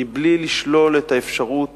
מבלי לשלול את האפשרות